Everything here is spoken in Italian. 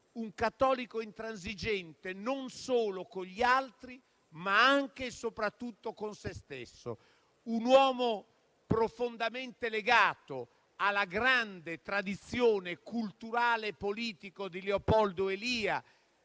un cattolico intransigente, non solo con gli altri, ma anche e soprattutto con se stesso; un uomo profondamente legato alla grande tradizione culturale e politica di Leopoldo Elia,